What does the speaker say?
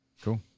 Cool